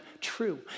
true